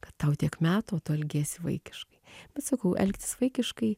kad tau tiek metų tu elgiesi vaikiškai bet pasakau elgtis vaikiškai